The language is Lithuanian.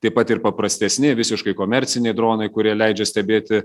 taip pat ir paprastesni visiškai komerciniai dronai kurie leidžia stebėti